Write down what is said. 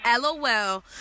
LOL